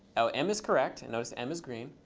oh, m is correct. notice m is green.